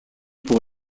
pour